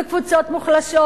וקבוצות מוחלשות,